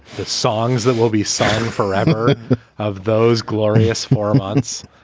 the songs that will be sung forever of those glorious formonths?